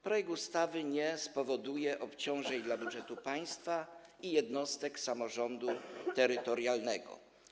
Projekt ustawy nie spowoduje obciążeń dla budżetu państwa i jednostek samorządu terytorialnego.